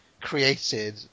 created